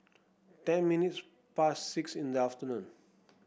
ten minutes past six in the afternoon